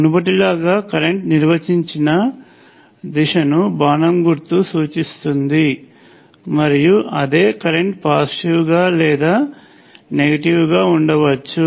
మునుపటిలాగా కరెంట్ నిర్వచించిన దిశను బాణం గుర్తు సూచిస్తుంది మరియు అదే కరెంట్ పాజిటివ్ లేదా నెగటివ్ గా ఉండవచ్చు